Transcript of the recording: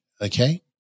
Okay